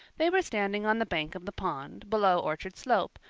they were standing on the bank of the pond, below orchard slope,